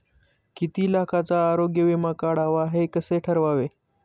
किती लाखाचा आरोग्य विमा काढावा हे कसे ठरवावे?